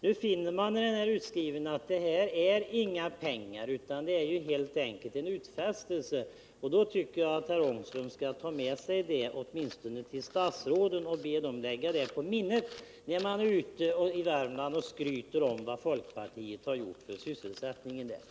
Nu finner man att det här inte är fråga om några pengar utan bara om en utfästelse. Jag tycker att herr Ångström bör be statsråden lägga detta på minnet när de är ute i Värmland och skryter om vad folkpartiet gjort för sysselsättningen i länet.